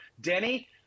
Denny